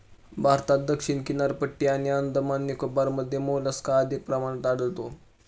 भारतात दक्षिण किनारपट्टी आणि अंदमान निकोबारमध्ये मोलस्का अधिक प्रमाणात आढळतो